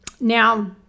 Now